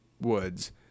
woods